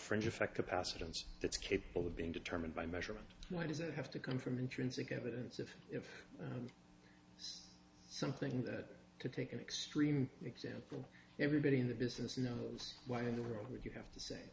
fringe effect capacitance that's capable of being determined by measurement why does it have to come from intrinsic evidence of if something that could take an extreme example everybody in the business knows why in the world would you have to say